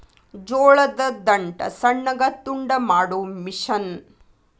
ಜೋಳದ ದಂಟ ಸಣ್ಣಗ ತುಂಡ ಮಾಡು ಮಿಷನ್